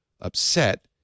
upset